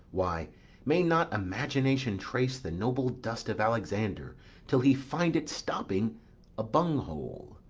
why may not imagination trace the noble dust of alexander till he find it stopping a bung-hole?